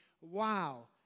wow